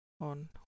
on